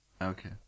Okay